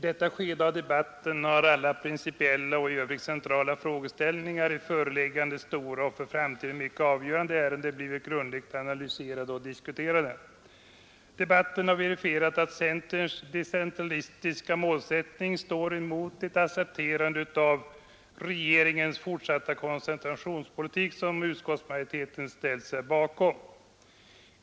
Herr talman! I det övrigt centrala frågeställningar i föreliggande stora och för framtiden mycket avgörande ärende blivit grundligt analyserade och diskuterade. Debatten har verifierat att centerns decentralistiska målsättning står emot skede av debatten har alla principiella och i ett accepterande av regeringens fortsatta koncentrationspolitik, som utskottsmajoriteten ställt sig bakom.